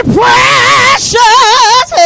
precious